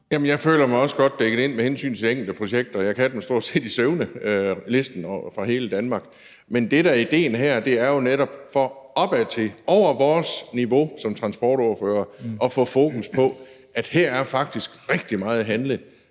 jeg føler mig også godt dækket ind med hensyn til enkelte projekter. Jeg kan stort set listen fra hele Danmark i søvne. Men det, der er idéen her, er jo netop at få fokus opadtil – over vores niveau som transportordførere – på, at her er der faktisk rigtig meget at hente,